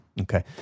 Okay